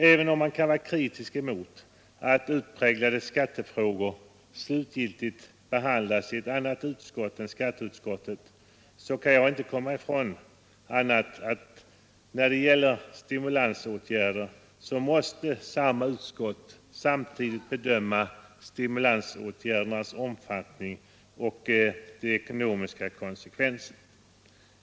Även om man kan vara kritisk mot att utpräglade skattefrågor slutgiltigt behandlas i ett annat utskott än skatteutskottet kan jag inte komma ifrån att, när det gäller stimulansåtgärder, samma utskott samtidigt måste bedöma stimulansåtgärdernas omfattning och de ekonomiska konsekvenserna.